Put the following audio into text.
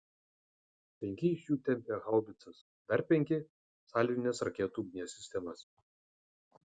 penki iš jų tempė haubicas dar penki salvinės raketų ugnies sistemas